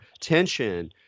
tension